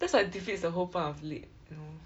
that's like defeats the whole point of lit you know